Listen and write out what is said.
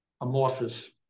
amorphous